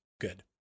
good